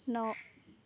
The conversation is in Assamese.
ন